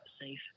safe